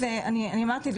אני אמרתי,